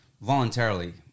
voluntarily